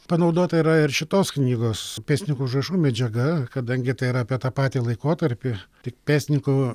panaudota yra ir šitos knygos pėstininko užrašų medžiaga kadangi tai yra apie tą patį laikotarpį tik pėstininko